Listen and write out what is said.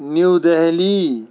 New Delhi